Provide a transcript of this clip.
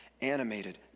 animated